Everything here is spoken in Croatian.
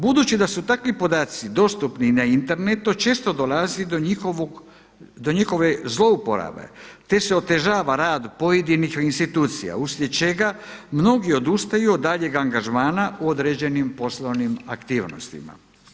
Budući da su takvi podaci dostupni i na internetu, često dolazi do njihove zlouporabe, te se otežava rad pojedinih institucija uslijed čega mnogi odustaju od daljnjeg angažma u određenim poslovnim aktivnostima.